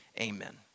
Amen